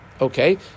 Okay